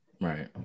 Right